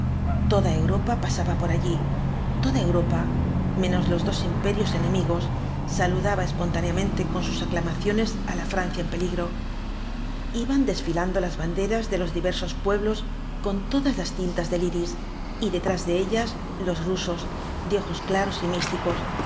toda europa pasaba por allí toda europa menos los dos imperios enemigos saludaba espontáneamente con sus aclamaciones á la francia en peligro iban desñlando las banderas de los diversos pueblos con todas las tintas del iris y detrás de ellas los rusos de ojos claros y místicos